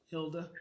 Hilda